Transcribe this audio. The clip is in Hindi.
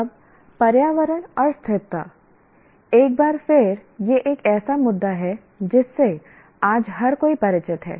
अब पर्यावरण और स्थिरता एक बार फिर यह एक ऐसा मुद्दा है जिससे आज हर कोई परिचित है